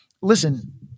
listen